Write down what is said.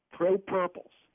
ProPurples